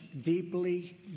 deeply